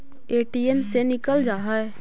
ATM से निकल जा है?